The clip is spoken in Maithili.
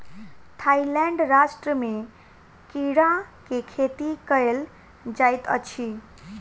थाईलैंड राष्ट्र में कीड़ा के खेती कयल जाइत अछि